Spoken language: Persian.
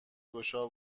گشا